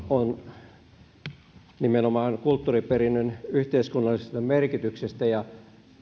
on kyse nimenomaan kulttuuriperinnön yhteiskunnallisesta merkityksestä ja